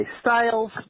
Styles